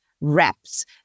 reps